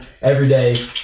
everyday